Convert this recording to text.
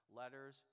letters